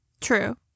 True